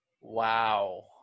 Wow